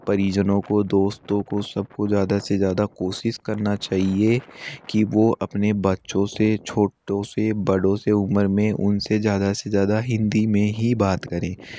परीजनों को दोस्तों को सब को ज़्यादा से ज़्यादा कोशिश करना चाहिए कि वो अपने बच्चों से छोटों से बड़ों से उम्र में उन से ज़्यादा से ज़्यादा हिंदी में ही बात करें